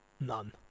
None